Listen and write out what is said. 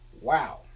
Wow